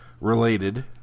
related